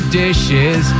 dishes